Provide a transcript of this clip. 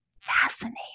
Fascinating